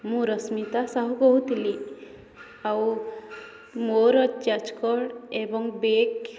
ମୁଁ ରଶ୍ମିତା ସାହୁ କହୁଥିଲି ଆଉ ମୋର ଚାର୍ଜ କର୍ଡ଼୍ ଏବଂ ବେଗ୍